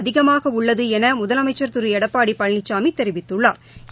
அதிகமாகஉள்ளதுஎனமுதலமைச்சா் திருஎடப்பாடிபழனிசாமிதெரிவித்துள்ளாா்